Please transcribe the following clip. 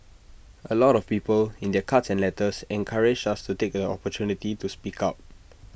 A lot of people in their cards and letters encouraged us to take the opportunity to speak out